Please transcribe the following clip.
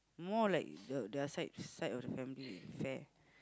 more like the their side side of their family fa~